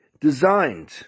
designed